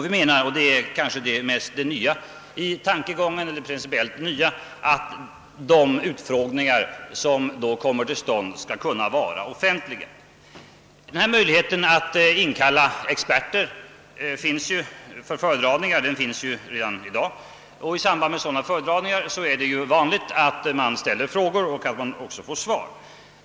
Vi menar — och det är det principiellt nya i tankegången — att de utfrågningar som sålunda kommer till stånd skall kunna vara offentliga. Möjligheten att tillkalla experter för föredragningar finns redan i dag, och i samband med sådana föredragningar är det vanligt att man ställer frågor och också får svar.